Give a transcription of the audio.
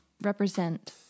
represent